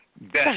Best